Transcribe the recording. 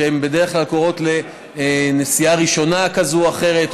שבדרך כלל קורית בנסיעה ראשונה כזאת או אחרת,